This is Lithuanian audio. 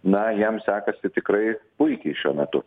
na jam sekasi tikrai puikiai šiuo metu